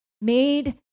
made